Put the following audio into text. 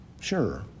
Sure